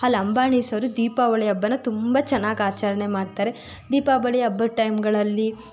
ಆ ಲಂಬಾಣಿಸವರು ದೀಪಾವಳಿ ಹಬ್ಬನ ತುಂಬ ಚೆನ್ನಾಗಿ ಆಚರಣೆ ಮಾಡ್ತಾರೆ ದೀಪಾವಳಿ ಹಬ್ಬದ ಟೈಮ್ಗಳಲ್ಲಿ